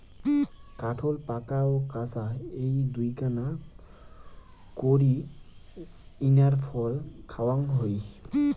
কাঠোল পাকা ও কাঁচা এ্যাই দুইনাকান করি ইঞার ফল খাওয়াং হই